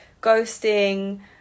ghosting